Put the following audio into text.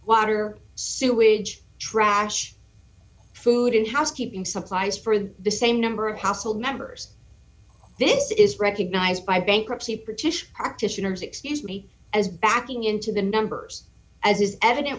water sewage trash food and housekeeping supplies for the same number of household members this is recognized by bankruptcy partition practitioners excuse me as backing into the numbers as is evident